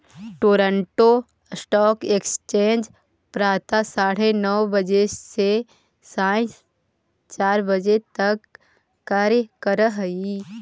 Toronto stock exchange प्रातः साढ़े नौ बजे से सायं चार बजे तक कार्य करऽ हइ